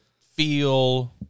feel